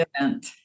event